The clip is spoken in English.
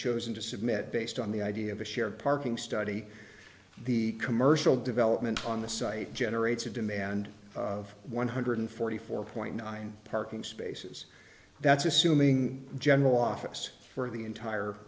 chosen to submit based on the idea of a shared parking study the commercial development on the site generates a demand of one hundred forty four point nine parking spaces that's assuming general office for the entire